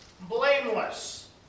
blameless